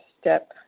step